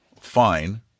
Fine